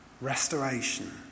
restoration